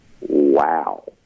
Wow